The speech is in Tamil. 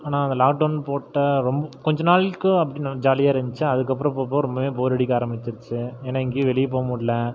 ஆனால் அந்த லாக்டவுன் போட்ட ரொம் கொஞ்ச நாள்க்கு அப்படி ஜாலியாக இருந்துச்சு அதற்கப்பறம் போக போக ரொம்பவுமே போர் அடிக்க ஆரம்பிச்சிடுச்சு ஏன்னா எங்கேயும் வெளியே போகமுடில